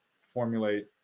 formulate